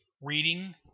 reading